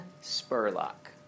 Spurlock